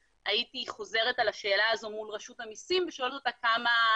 הייתי חוזרת על השאלה הזו מול רשות המסים ושואלת אותה כמה